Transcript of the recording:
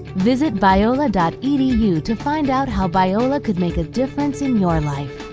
visit biola dot edu to find out how biola could make a difference in your life.